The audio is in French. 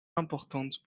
importante